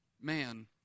man